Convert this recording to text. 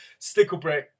Sticklebrick